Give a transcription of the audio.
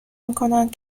میکنند